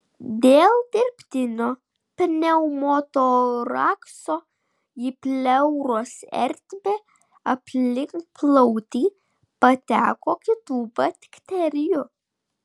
dėl dirbtinio pneumotorakso į pleuros ertmę aplink plautį pateko kitų bakterijų